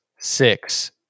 Six